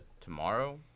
tomorrow